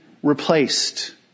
replaced